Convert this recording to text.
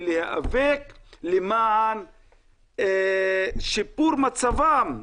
ולהיאבק למען שיפור מצבם,